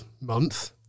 month